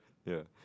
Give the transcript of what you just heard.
ya